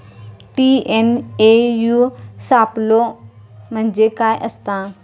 TNAU सापलो म्हणजे काय असतां?